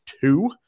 two